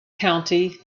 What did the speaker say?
county